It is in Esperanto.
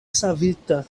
savita